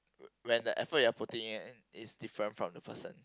when the effort you are putting in is different from the person